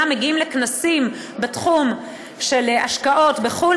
מגיעים לכנסים בתחום של השקעות בחו"ל,